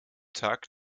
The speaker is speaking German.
tag